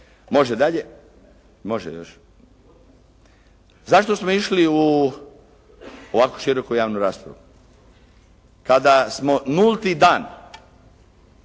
Može dalje. Zašto smo išli u ovakvu široku javnu raspravu? Kada smo nulti dan